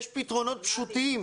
יש פתרונות פשוטים.